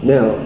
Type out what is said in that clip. Now